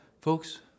Folks